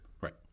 Right